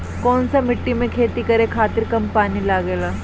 कौन सा मिट्टी में खेती करे खातिर कम पानी लागेला?